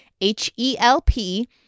H-E-L-P